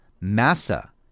Massa